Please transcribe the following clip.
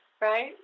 right